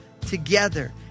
together